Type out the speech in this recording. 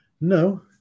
No